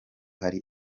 hari